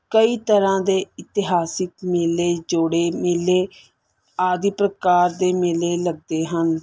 ਕਈ ਤਰ੍ਹਾਂ ਦੇ ਇਤਿਹਾਸਿਕ ਮੇਲੇ ਜੋੜ ਮੇਲੇ ਆਦਿ ਪ੍ਰਕਾਰ ਦੇ ਮੇਲੇ ਲੱਗਦੇ ਹਨ